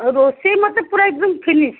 ରୋଷେଇ ମୋତେ ପୁରା ଏକଦମ୍ ଫିନିସ୍